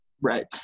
Right